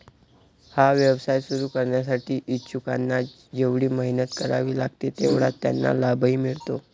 हा व्यवसाय सुरू करण्यासाठी इच्छुकांना जेवढी मेहनत करावी लागते तेवढाच त्यांना लाभही मिळतो